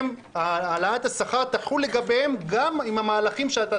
שהעלאת השכר תחול לגביהם גם עם המהלכים שאתה